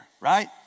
right